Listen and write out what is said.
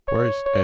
Worst